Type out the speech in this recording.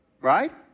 right